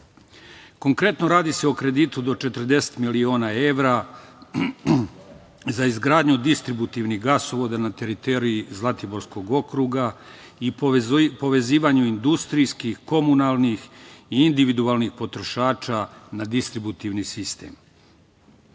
Srbiji. Konkretno, radi se o kreditu do 40 miliona evra za izgradnju distributivnih gasovoda na teritoriji Zlatiborskog okruga i povezivanju industrijskih, komunalnih i individualnih potrošača na distributivni sistem.